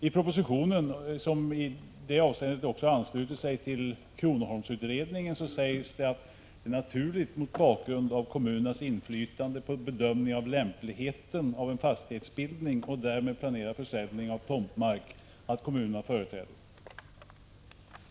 I propositionen, som i det avseendet också ansluter sig till kronoholmsutredningen, sägs det att det är naturligt mot bakgrund av kommunernas inflytande på bedömningen av lämpligheten av en fastighetsbildning och därmed planerad försäljning av tomtmark att kommunerna har företräde.